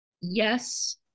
yes